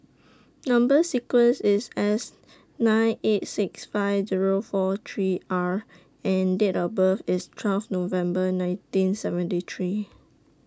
Number sequence IS S nine eight six five Zero four three R and Date of birth IS twelve November nineteen seventy three